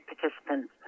participants